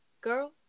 Girl